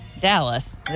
Dallas